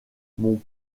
mon